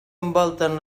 envolten